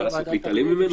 מה לעשות, להתעלם ממנו?